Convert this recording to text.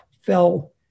fell